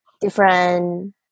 different